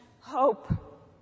hope